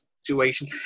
situation